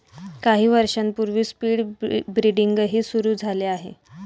काही वर्षांपूर्वी स्पीड ब्रीडिंगही सुरू झाले आहे